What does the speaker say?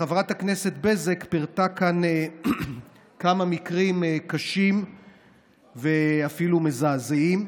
חברת הכנסת בזק פירטה כאן כמה מקרים קשים ואפילו מזעזעים.